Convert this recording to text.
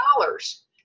dollars